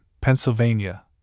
Pennsylvania